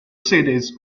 cities